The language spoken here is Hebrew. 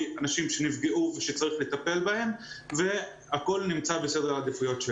אנשים שנפגעו ושצריך לטפל בהם והכול נמצא בסדר העדיפויות שלנו.